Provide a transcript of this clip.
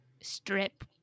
strip